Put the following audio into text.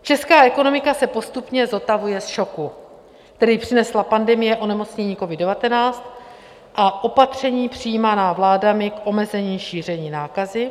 Česká ekonomika se postupně zotavuje z šoku, který přinesla pandemie onemocnění covid19 a opatření přijímaná vládami k omezení šíření nákazy.